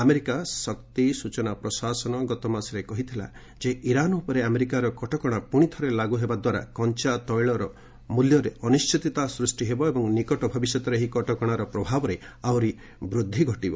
America ଶକ୍ତି ସୂଚନା ପ୍ରଶାସନ ଗତ ମାସରେ କହିଥିଲା ଯେ ଇରାନ ଉପରେ ଆମେରିକାର କଟକଣା ପୁଣିଥରେ ଲାଗୁ ହେବା ଦ୍ୱାରା କଞ୍ଚା ତୈଳର ମୂଲ୍ୟରେ ଅନିଶ୍ଚିତତା ସୃଷ୍ଟି ହେବ ଏବଂ ନିକଟ ଭବିଷ୍ୟତରେ ଏହି କଟକଣାର ପ୍ରଭାବରେ ଆହୁରି ବୃଦ୍ଧି ଘଟିବ